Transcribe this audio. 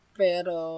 pero